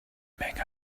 unmenge